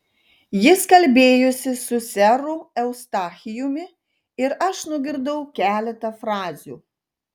jis kalbėjosi su seru eustachijumi ir aš nugirdau keletą frazių